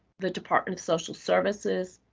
the department of social services,